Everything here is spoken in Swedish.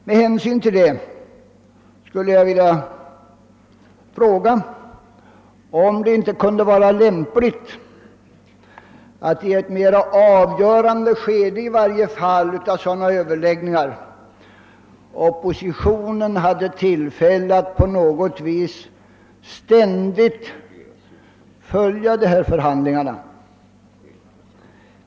Med hänsyn härtill skulle jag vilja fråga, om det inte kunde vara lämpligt att oppositionen i varje fall i ett mera avgörande skede av sådana överläggningar skulle få tillfälle att på något sätt ständigt följa dessa förhandlingar.